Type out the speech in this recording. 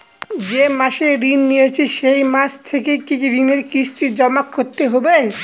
যে মাসে ঋণ নিয়েছি সেই মাস থেকেই কি ঋণের কিস্তি জমা করতে হবে?